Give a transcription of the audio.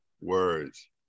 words